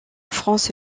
france